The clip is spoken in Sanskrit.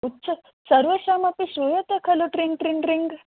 उच्चस् सर्वेषामपि श्रूयते खलु ट्रिङ्ग् ट्रिङ्ग् ट्रिङ्ग्